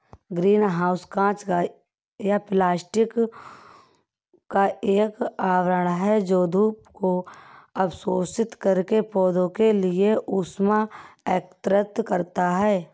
green house कांच या plastic का एक आवरण है जो धूप को अवशोषित करके पौधों के लिए ऊष्मा एकत्रित करता है